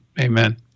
amen